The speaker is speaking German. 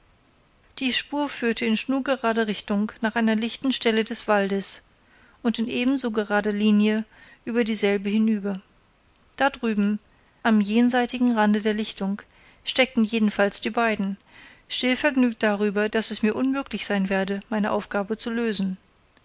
die spur führte in schnurgerader richtung nach einer lichten stelle des waldes und in ebenso gerader linie über dieselbe hinüber da drüben am jenseitigen rande der lichtung steckten jedenfalls die beiden stillvergnügt darüber daß es mir unmöglich sein werde meine aufgabe zu lösen